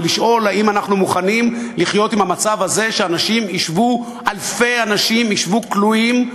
ולשאול: האם אנחנו מוכנים לחיות עם המצב הזה שאלפי אנשים ישבו כלואים?